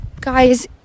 guys